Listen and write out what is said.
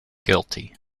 guilty